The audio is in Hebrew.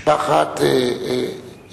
שקראו לה משפחת קרמאן,